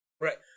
Right